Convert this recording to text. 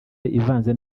ivanze